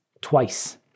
twice